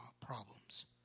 problems